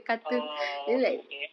oh okay